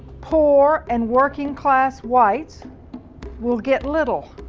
poor and working class whites will get little.